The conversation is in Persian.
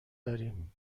داریم